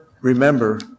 remember